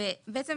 אחוזים ובלבד